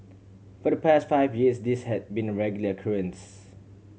for the past five years this had been a regular occurrence